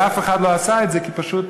ואף אחד לא עשה את זה, כי פשוט,